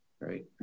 Right